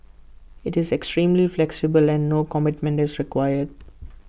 IT is extremely flexible and no commitment is required